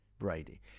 brady